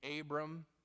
Abram